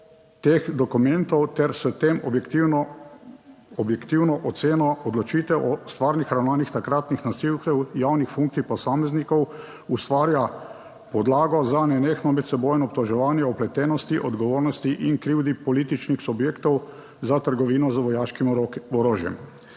teh dokumentov ter s tem objektivno, objektivno oceno odločitev o stvarnih ravnanjih takratnih nosilcev javnih funkcij posameznikov, ustvarja podlago za nenehno medsebojno obtoževanje o vpletenosti, odgovornosti in krivdi političnih subjektov za trgovino z vojaškim orožjem.